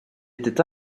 était